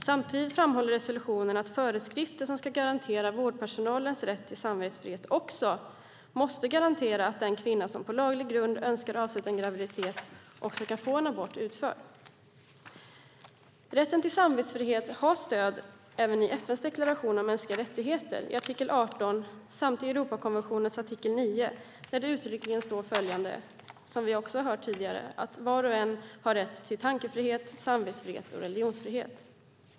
Samtidigt framhåller resolutionen att föreskrifter som ska garantera vårdpersonalen rätt till samvetsfrihet även måste garantera att den kvinna som på laglig grund önskar avsluta en graviditet också kan få en abort utförd. Rätten till samvetsfrihet har stöd även i artikel 18 i FN:s deklaration om mänskliga rättigheter samt i Europakonventionens artikel 9, där det - det har vi också hört tidigare - uttryckligen står följande: "Var och en har rätt till tankefrihet, samvetsfrihet och religionsfrihet."